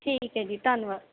ਠੀਕ ਹੈ ਜੀ ਧੰਨਵਾਦ